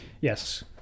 yes